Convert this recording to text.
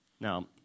Now